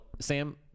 Sam